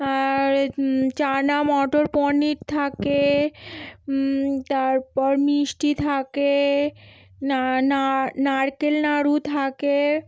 আর চানা মটর পনির থাকে তারপর মিষ্টি থাকে নারকেল নাড়ু থাকে